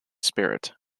spirit